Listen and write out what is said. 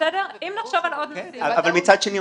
אבל מצד שני,